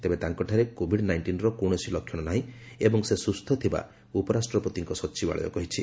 ତେବେ ତାଙ୍କଠାରେ କୋଭିଡ୍ ନାଇଣ୍ଟିନ୍ର କୌଣସି ଲକ୍ଷଣ ନାହିଁ ଏବଂ ସେ ସୁସ୍ଥ ଥିବା ଉପରାଷ୍ଟ୍ରପତିଙ୍କ ସଚିବାଳୟ କହିଛି